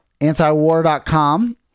antiwar.com